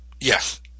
Yes